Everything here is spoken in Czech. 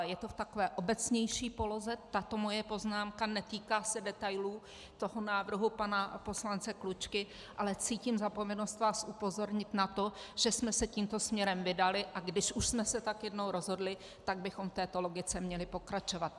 Je to v takové obecnější poloze, tato moje poznámka, netýká se detailů návrhu pana poslance Klučky, ale cítím za povinnost vás upozornit na to, že jsme se tímto směrem vydali, a když už jsme se tak jednou rozhodli, tak bychom v této logice měli pokračovat.